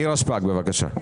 נירה שפק, בבקשה.